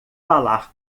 falar